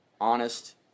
honest